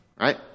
right